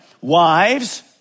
Wives